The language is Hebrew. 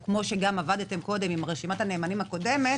או כמו שעבדתם קודם עם רשימת הנאמנים הקודמת